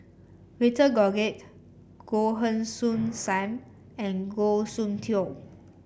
Victor Doggett Goh Heng Soon Sam and Goh Soon Tioe